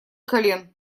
колен